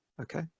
Okay